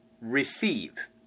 receive